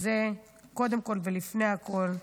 זה קודם כול ולפני הכול,